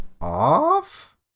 off